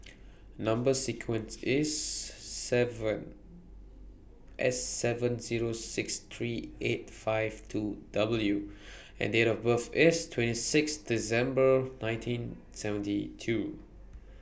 Number sequence IS seven S seven Zero six three eight five two W and Date of birth IS twenty six December nineteen seventy two